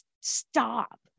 stop